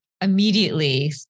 immediately